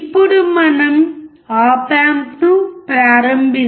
ఇప్పుడు మనం op amp ను ప్రారంభిస్తాము